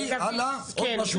הלאה, עוד משהו.